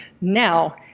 Now